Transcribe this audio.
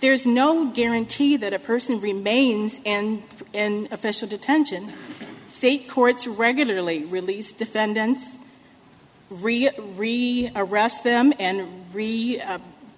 there is no guarantee that a person remains and an official detention state courts regularly release defendants arrest them and read